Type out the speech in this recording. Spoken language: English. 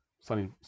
sunny